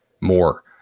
more